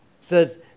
says